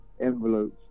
envelopes